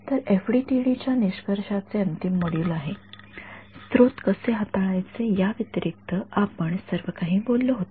तर एफडीटीडी च्या निष्कर्षाचे अंतिम मॉड्यूल आहे स्त्रोत कसे हाताळायचे याव्यतिरिक्त आपण सर्व काही बोललो आहोत